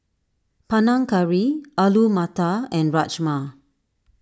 Panang Curry Alu Matar and Rajma